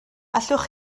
allwch